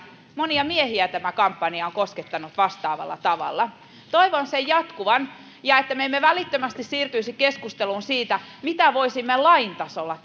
monia miehiä tämä kampanja on koskettanut vastaavalla tavalla toivon sen jatkuvan ja että emme välittömästi siirtyisi keskusteluun siitä mitä voisimme lain tasolla